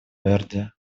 верде